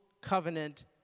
covenant